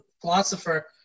philosopher